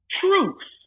truth